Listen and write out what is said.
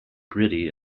gritty